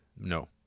No